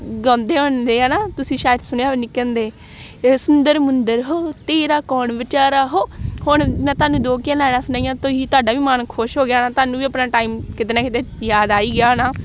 ਗਾਉਂਦੇ ਹੁੰਦੇ ਆ ਹੈ ਨਾ ਤੁਸੀਂ ਸ਼ਾਇਦ ਸੁਣਿਆ ਹੋਵੇ ਨਿੱਕੇ ਹੁੰਦੇ ਹੁਣ ਮੈਂ ਤੁਹਾਨੂੰ ਦੋ ਕੁ ਲਾਈਨਾਂ ਸੁਣਾਈਆਂ ਤੁਸੀਂ ਤੁਹਾਡਾ ਵੀ ਮਨ ਖੁਸ਼ ਹੋ ਗਿਆ ਹੋਣਾ ਤੁਹਾਨੂੰ ਵੀ ਆਪਣਾ ਟਾਈਮ ਕਿਤੇ ਨਾ ਕਿਤੇ ਯਾਦ ਆ ਹੀ ਗਿਆ ਹੋਣਾ